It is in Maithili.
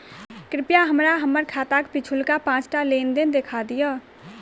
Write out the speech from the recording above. कृपया हमरा हम्मर खाताक पिछुलका पाँचटा लेन देन देखा दियऽ